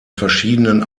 verschiedenen